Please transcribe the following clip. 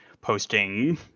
posting